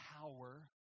power